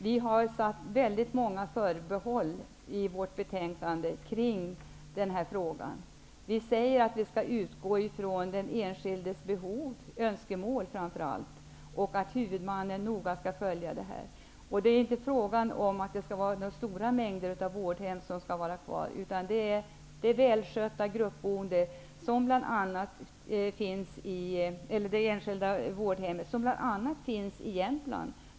Vi har gjort många förbehåll i betänkandet kring den här frågan. Vi säger att vi skall utgå från den enskildes behov och framför allt önskemål och att huvudmannen noga skall följa det här. Det är inte fråga om att många vårdhem skall vara kvar, utan det gäller det enskilda vårdhemmet, bl.a. i Jämtland.